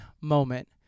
moment